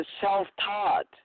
self-taught